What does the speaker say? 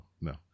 no